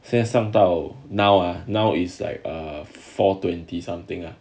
现在上到 now ah now is like err four twenty something lah